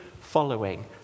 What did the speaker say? following